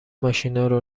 ماشینارو